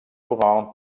formaven